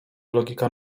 logika